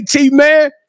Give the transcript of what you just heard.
man